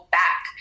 back